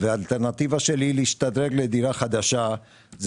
והאלטרנטיבה שלי להשתדרג לדירה חדשה היא